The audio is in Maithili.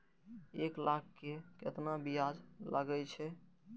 एक लाख के केतना ब्याज लगे छै?